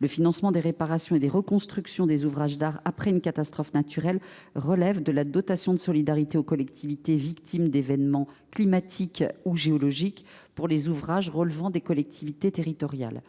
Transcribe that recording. Le financement des réparations et des reconstructions des ouvrages d’art après une catastrophe naturelle relève de la dotation de solidarité aux collectivités victimes d’événements climatiques ou géologiques, la DSEC, pour ce qui est des ouvrages relevant des collectivités territoriales.